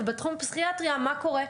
ובתחום הפסיכיאטריה מה קורה?